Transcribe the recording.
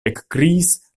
ekkriis